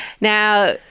Now